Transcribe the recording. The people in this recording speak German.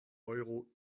euro